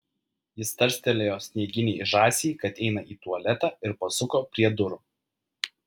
jis tarstelėjo snieginei žąsiai kad eina į tualetą ir pasuko prie durų